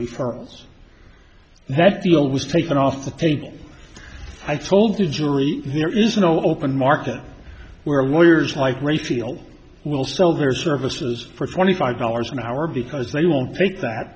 referrals that deal was taken off the table i told the jury there is no open market where lawyers like raphael will sell their services for twenty five dollars an hour because they won't take that